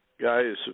guy's